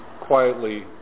quietly